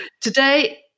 today